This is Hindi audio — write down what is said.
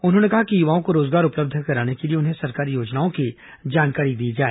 उन्होंने कहा कि युवाओं को रोजगार उपलब्ध कराने के लिए उन्हें सरकारी योजनाओं की जानकारी दी जाए